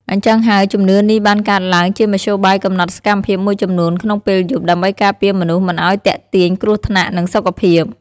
អញ្ចឹងហើយ ជំនឿនេះបានកើតឡើងជាមធ្យោបាយកំណត់សកម្មភាពមួយចំនួនក្នុងពេលយប់ ដើម្បីការពារមនុស្សមិនឲ្យទាក់ទាញគ្រោះថ្នាក់ និងសុខភាព។